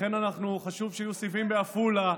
חשוב שיהיו סיבים בעפולה,